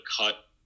cut